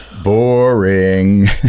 Boring